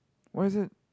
why is it